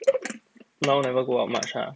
now never go out much ah